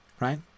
right